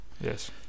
Yes